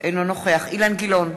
אינו נוכח אילן גילאון,